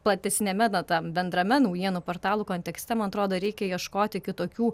platesniame na tam bendrame naujienų portalų kontekste man atrodo reikia ieškoti kitokių